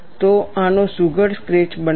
તો આનો સુઘડ સ્કેચ બનાવો